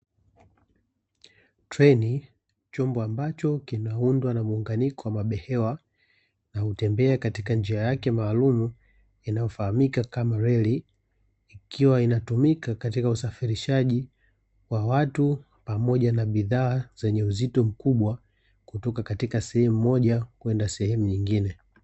Treni chombo ambacho kimeundwa na muunganiko wa mabehewa na hutembea katika njia yake maalum inayofahamika kama reli ,ikiwa inatumika katika usafirishaji wa watu pamoja na bidhaa zenye uzito mkubwa kutoka katika sehemu moja kwenda sehemu nyingine.